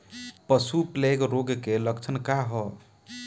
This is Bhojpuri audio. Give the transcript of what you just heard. पशु प्लेग रोग के लक्षण का ह?